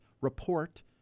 report